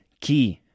key